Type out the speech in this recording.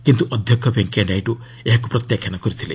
କିନ୍ତୁ ଅଧ୍ୟକ୍ଷ ଭେଙ୍କିୟାନାଇଡୁ ଏହାକୁ ପ୍ରତ୍ୟାଖ୍ୟାନ କରିଥିଲେ